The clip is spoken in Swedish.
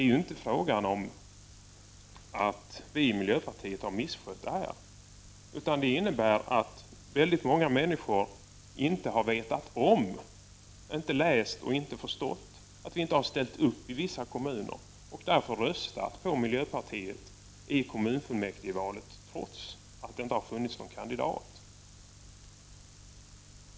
Men det är inte fråga om att vi i miljöpartiet har misskött detta, utan det beror på att väldigt många människor inte har vetat om, inte har läst och inte förstått att vi inte har ställt upp i vissa kommuner. Man har därför röstat på miljöpartiet i kommunfullmäktigevalen trots att det inte har funnits någon kandidat.